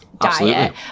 diet